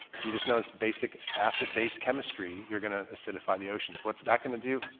you just know as basic acid base chemistry, you're going to acidify the oceans. what's that going to do?